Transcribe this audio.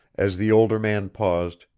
as the older man paused,